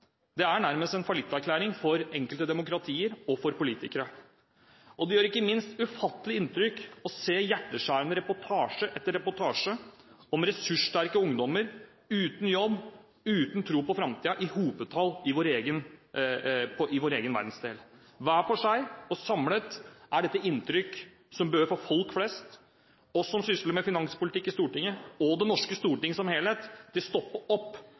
Det er nærmest en fallitterklæring for enkelte demokratier og for politikere. Det gjør ikke minst ufattelig inntrykk å se hjerteskjærende reportasje etter reportasje om ressurssterke ungdommer uten jobb og uten tro på framtida i hopetall i vår egen verdensdel. Hver for seg og samlet er dette inntrykk som bør få folk flest, oss som sysler med finanspolitikk i Stortinget og Det norske storting som helhet, til å stoppe opp